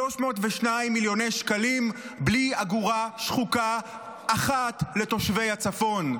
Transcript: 302 מיליוני שקלים בלי אגורה שחוקה אחת לתושבי הצפון,